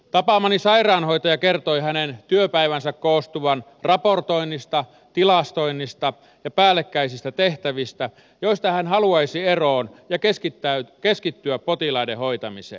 tapaamani sairaanhoitaja kertoi työpäivänsä koostuvan raportoinnista tilastoinnista ja päällekkäisistä tehtävistä joista hän haluaisi eroon ja keskittyä potilaiden hoitamiseen